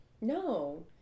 No